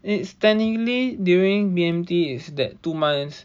it's technically during B_M_T is that two months